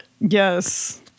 Yes